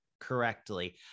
correctly